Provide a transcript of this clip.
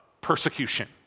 persecution